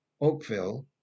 Oakville